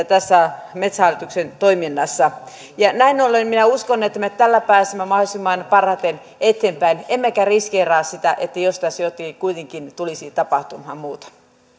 tässä metsähallituksen toiminnassa näin ollen minä uskon että me tällä pääsemme parhaiten eteenpäin emmekä riskeeraa sitä että jos tässä jotain kuitenkin tulisi tapahtumaan muuta